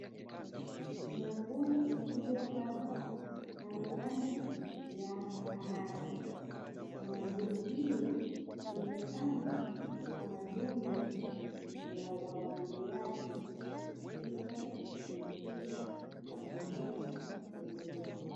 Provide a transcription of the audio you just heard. Miavulia iliyopangwa kandokando ya bahari , miavuli hiyo imepangwa kwa madhumuni ya waogeleaji kufika kupumzika wakingoja kuogelea.